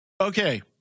Okay